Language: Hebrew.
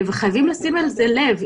וחייבים לשים על זה לב.